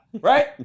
right